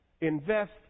Invest